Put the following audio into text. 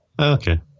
Okay